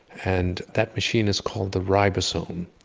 and that machine is called the ribosome.